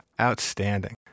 Outstanding